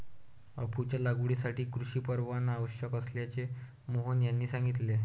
अफूच्या लागवडीसाठी कृषी परवाना आवश्यक असल्याचे मोहन यांनी सांगितले